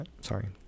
sorry